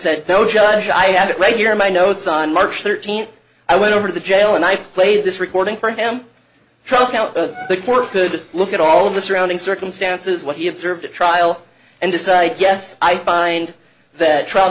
said no judge i have it right here in my notes on march thirteenth i went over to the jail and i played this recording for him truck out the court could look at all the surrounding circumstances what he observed at trial and decided yes i find that trial